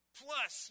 plus